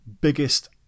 biggest